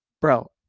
Bro